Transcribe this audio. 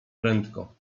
prędko